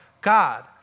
God